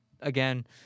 again